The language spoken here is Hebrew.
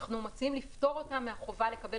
אנחנו מציעים לפטור אותה מהחובה לקבל